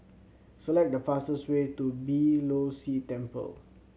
select the fastest way to Beeh Low See Temple